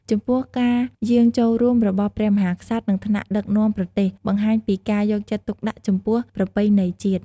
ចំពោះការយាងចូលរួមរបស់ព្រះមហាក្សត្រ និងថ្នាក់ដឹកនាំប្រទេស បង្ហាញពីការយកចិត្តទុកដាក់ចំពោះប្រពៃណីជាតិ។